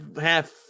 half